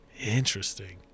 Interesting